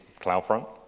CloudFront